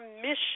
mission